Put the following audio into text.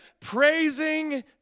praising